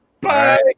Bye